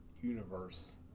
universe